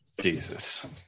jesus